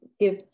give